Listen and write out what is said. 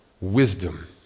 wisdom